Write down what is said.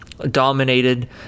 dominated